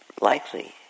likely